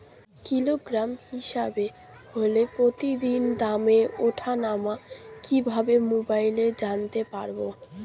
Kilogram হিসাবে হলে প্রতিদিনের দামের ওঠানামা কিভাবে মোবাইলে জানতে পারবো?